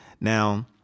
Now